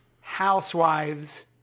housewives